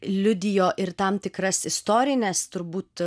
liudijo ir tam tikras istorines turbūt